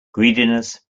greediness